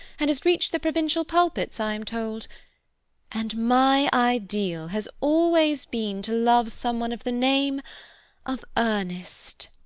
and has reached the provincial pulpits, i am told and my ideal has always been to love some one of the name of ernest.